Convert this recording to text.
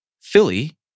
Philly